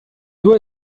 due